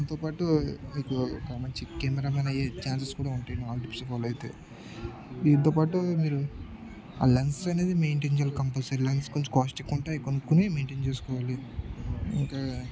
దీంతో పాటు మీకు ఒక మంచి కెమెరామెన్ అయ్యే లెన్సెస్ కూడా ఉంటుంది ఆల్ టిప్స్ ఫాలో అయితే దీంతో పాటు మీరు ఆ లెన్స్ అనేది మెయింటైన్ చేయాలి కాస్ట్లీ లెన్స్ కొంచం కాస్టిక్ ఉంటా కొనుకొని మైన్టైన్ చేసుకోవాలి ఇంకా